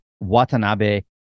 Watanabe